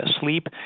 sleep